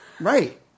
right